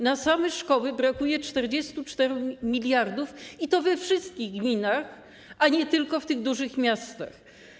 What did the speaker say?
Na same szkoły brakuje 44 mld zł, i to we wszystkich gminach, a nie tylko w dużych miastach.